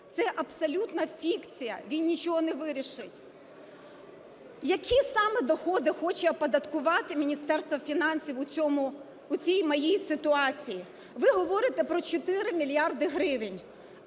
це абсолютна фікція. Він нічого не вирішить. Які саме доходи хоче оподаткувати Міністерство фінансів у цій моїй ситуації? Ви говорите про 4 мільярди гривень.